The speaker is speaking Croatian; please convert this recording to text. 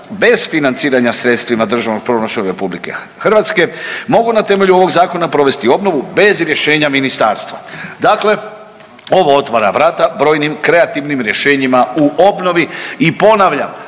bez financiranja sredstvima Državnog proračuna RH mogu na temelju ovog zakona provesti obnovu bez rješenja ministarstva. Dakle, ovo otvara vrata brojnim kreativnim rješenjima u obnovi i ponavljam